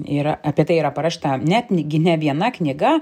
yra apie tai yra parašyta netgi ne viena knyga